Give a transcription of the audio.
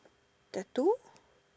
tattoo